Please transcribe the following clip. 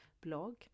blog